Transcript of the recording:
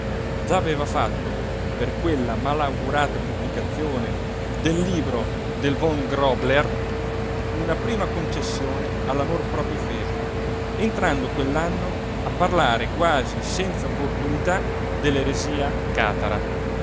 già aveva fatto per quella malaugurata pubblicazione del libro del von grobler una prima concessione all'amor proprio offeso entrando quell'anno a parlare quasi senza opportunità dell'eresia catara